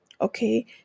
Okay